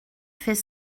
fait